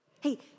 Hey